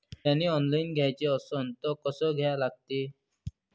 बियाने ऑनलाइन घ्याचे असन त कसं घ्या लागते?